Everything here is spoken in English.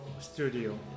studio